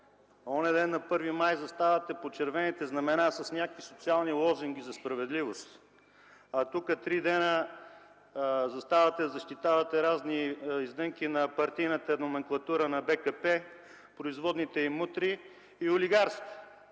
Онзи ден, на 1 май, заставате под червените знамена с някакви социални лозунги за справедливост, а тук три дни заставате да защитавате разни издънки на партийната номенклатура на БКП, производните й мутри и олигарси.